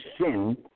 sin